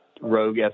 rogue